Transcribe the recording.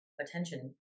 attention